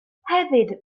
hefyd